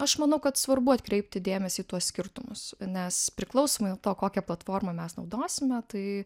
aš manau kad svarbu atkreipti dėmesį į tuos skirtumus nes priklausomai nuo to kokią platformą mes naudosime tai